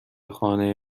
خانه